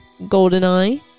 Goldeneye